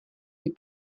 les